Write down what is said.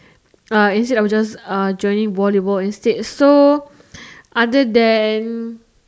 uh instead of just uh joining volleyball instead so other than